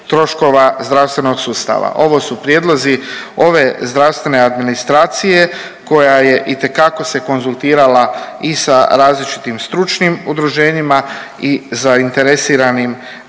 Ovo su prijedlozi ove zdravstvene administracije koja je itekako se konzultirala i sa različitim stručnim udruženjima i zainteresiranim dionicima,